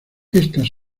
estas